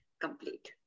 complete